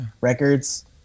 Records